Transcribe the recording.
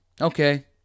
Okay